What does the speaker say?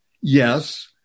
Yes